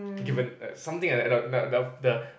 given something like that the the the the